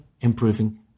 improving